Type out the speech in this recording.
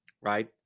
Right